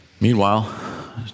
Meanwhile